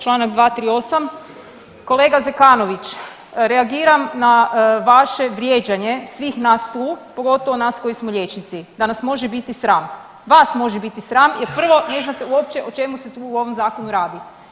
Čl. 238., kolega Zekanović reagiram na vaše vrijeđanje svih nas tu, pogotovo nas koji smo liječnici da nas može biti sram, vas može biti sram jer prvo ne znate uopće o čemu se tu u ovom zakonu radi.